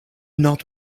not